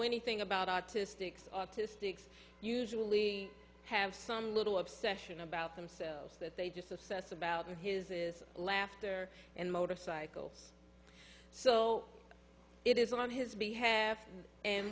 anything about autistics autistics usually have some little obsession about themselves that they just obsess about his is laughter and motorcycles so it is on his be have and